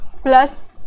plus